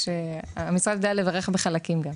המשרד יודע לברך בחלקים גם.